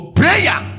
prayer